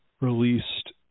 released